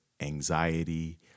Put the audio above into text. anxiety